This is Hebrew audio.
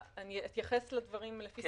אני אתייחס לדברים לפי סדר.